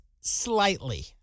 slightly